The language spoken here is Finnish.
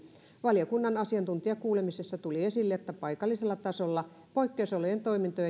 valiokunnan asiantuntijakuulemisessa tuli esille että paikallisella tasolla poikkeusolojen toimintojen